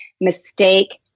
Mistake